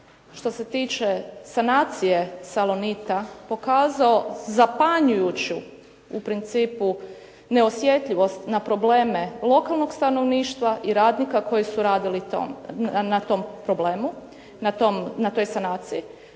što se tiče sanacije "Salonita" pokazao zapanjujuću u principu neosjetljivost na probleme lokalnog stanovništva i radnika koji su radili na tom problemu,